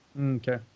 Okay